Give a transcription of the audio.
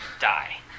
die